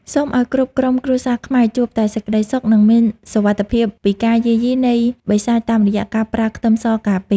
សូមឱ្យគ្រប់ក្រុមគ្រួសារខ្មែរជួបតែសេចក្តីសុខនិងមានសុវត្ថិភាពពីការយាយីនៃបិសាចតាមរយៈការប្រើខ្ទឹមសការពារ។